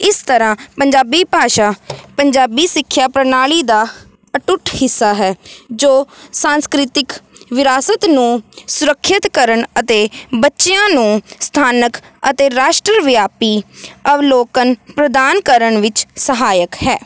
ਇਸ ਤਰ੍ਹਾਂ ਪੰਜਾਬੀ ਭਾਸ਼ਾ ਪੰਜਾਬੀ ਸਿੱਖਿਆ ਪ੍ਰਣਾਲੀ ਦਾ ਅਟੁੱਟ ਹਿੱਸਾ ਹੈ ਜੋ ਸੰਸਕ੍ਰਿਤਿਕ ਵਿਰਾਸਤ ਨੂੰ ਸੁਰੱਖਿਅਤ ਕਰਨ ਅਤੇ ਬੱਚਿਆਂ ਨੂੰ ਸਥਾਨਕ ਅਤੇ ਰਾਸ਼ਟਰ ਵਿਆਪੀ ਅਵਲੋਕਨ ਪ੍ਰਦਾਨ ਕਰਨ ਵਿੱਚ ਸਹਾਇਕ ਹੈ